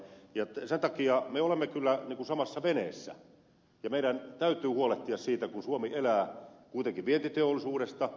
sen takia me olemme kyllä samassa veneessä ja meidän täytyy huolehtia siitä kun suomi elää kuitenkin vientiteollisuudesta